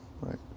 Right